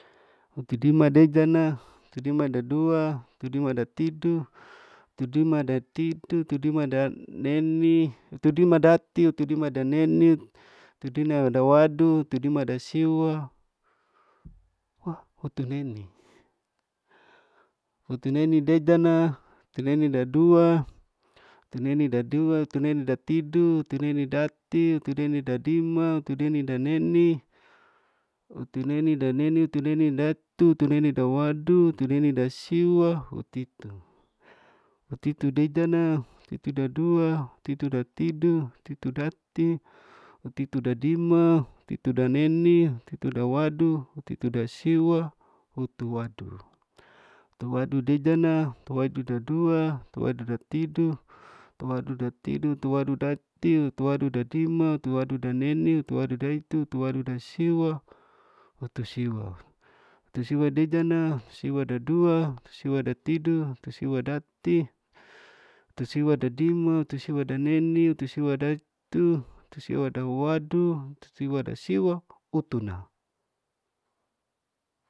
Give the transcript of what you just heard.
Hutudimdeidana, hutudimadadua, hutudimadatidu, hutudimadatidu hutudimadaneni, hutudimadatiu, hutudimadaneniu, hutudinadawadu, hutudimadasiwa hutuneini, hutuneinidedana, hutuneinidadua, hutuneinidadua hutuneinidatidu, hutuneinidati, hutuneinidadima, hutuneinidaneni, hutunenidaneni nutunenidtu, hutunenidawadu, hutunenidasiwa, hutitu, hutitudeidana, hutitudadua, hutitudatidu, hutitudati, hutitudadima, hutitudaneni, hutitudawadu, hutitudasiwa, hutuwaddu, hutuwaddudeidana, hutwaddudadua, hutuwaddudatidu, hutuwaddudatidu hutuwadudatiu, hutuwaddudadima, hutuwaddudaneni, hutuwaddudaitu, hutuwaddudasiwa, hutusiwa. hutusiwadidana, hutusiwadadua, hutusiwadatidu, hutusiwadati, hutusiwadadima, hutusiwadaneni, hutusiwadaitu, hutusiwadawaddu, hutusiwadasiwa, hutunna.